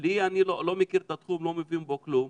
אני לא מכיר את התחום, לא מבין בו כלום,